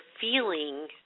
feeling